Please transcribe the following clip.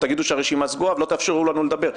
תגידו שהרשימה סגורה ולא תאפשרו לנו לדבר.